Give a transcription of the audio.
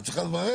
את צריכה לברך.